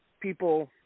people